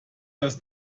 das